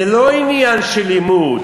זה לא עניין של לימוד,